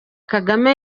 kagame